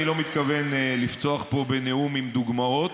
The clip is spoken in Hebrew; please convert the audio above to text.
אני לא מתכוון לפצוח פה בנאום עם דוגמאות,